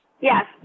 Yes